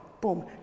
boom